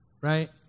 right